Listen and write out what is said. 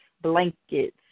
blankets